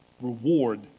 reward